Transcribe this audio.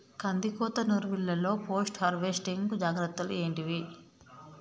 కందికోత నుర్పిల్లలో post harvesting జాగ్రత్తలు ఏంటివి?